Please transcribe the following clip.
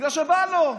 בגלל שבא לו.